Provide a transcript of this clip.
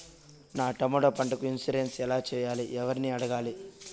నా టమోటా పంటకు ఇన్సూరెన్సు ఎలా చెయ్యాలి? ఎవర్ని అడగాలి?